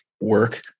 work